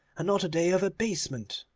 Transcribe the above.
and not a day of abasement